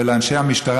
ולאנשי המשטרה,